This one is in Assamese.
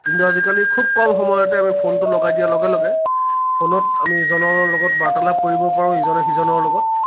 কিন্তু আজিকালি খুব কম সময়তে আমি ফোনটো লগাই দিয়াৰ লগে লগে ফোনত আমি ইজনৰ লগত বাৰ্তালাপ কৰিব পাৰোঁ ইজনে সিজনৰ লগত